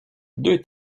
deux